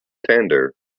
tender